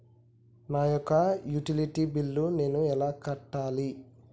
నా యొక్క utility bill నేను ఎలా కట్టాలి?